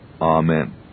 amen